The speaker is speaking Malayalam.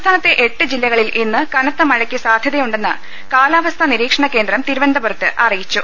സംസ്ഥാനത്തെ എട്ട് ജില്ലകളിൽ ഇന്ന് കനത്തമഴയ്ക്ക് സാധ്യ തയുണ്ടെന്ന് കാലാവസ്ഥാ നിരീക്ഷണക്കേന്ദ്രം തിരുവനന്തപുരത്ത് അറിയിച്ചു